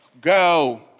Go